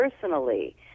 personally